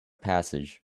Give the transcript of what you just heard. passage